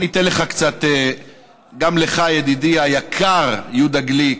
אני אתן לך קצת, גם לך, ידידי היקר יהודה גליק,